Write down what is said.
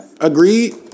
Agreed